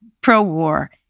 pro-war